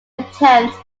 attempt